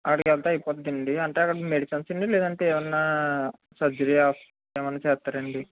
అక్కడికెళ్తే అయిపోతుందండి అంటే అక్కడ మెడిసిన్స్ అండి లేదంటే ఏమైనా సర్జెరీయాఏమమైనా చేస్తారాండి